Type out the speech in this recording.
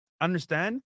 understand